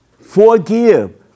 forgive